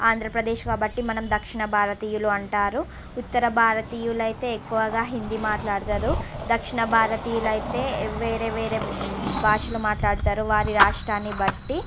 ఆంధ్రప్రదేశ్ కాబట్టి మనం దక్షణ భారతీయులు అంటారు ఉత్తర భారతీయులు అయితే ఎక్కువగా హిందీ మాట్లాడుతారు దక్షణ భారతీయులు అయితే వేరే వేరే భాషలు మాట్లాడుతారు వారి రాష్ట్రాన్ని బట్టి